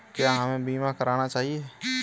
क्या हमें बीमा करना चाहिए?